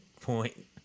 point